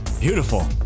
Beautiful